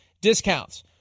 discounts